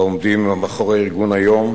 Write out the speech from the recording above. העומדים מאחורי ארגון היום,